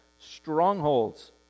strongholds